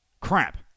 Crap